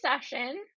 session